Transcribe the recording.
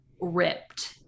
ripped